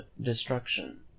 destruction